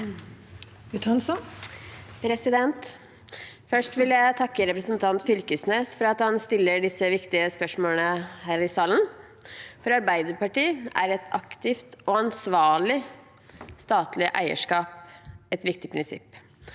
Først vil jeg takke representanten Fylkesnes for at han stiller disse viktige spørsmålene her i salen. For Arbeiderpartiet er et aktivt og ansvarlig statlig eierskap et viktig prinsipp,